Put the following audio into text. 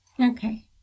okay